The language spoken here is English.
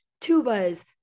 tubas